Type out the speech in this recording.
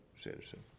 citizen